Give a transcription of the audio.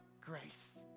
grace